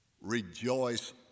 rejoice